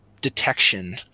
detection